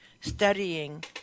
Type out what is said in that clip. studying